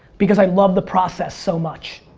because i love the process so much.